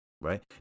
right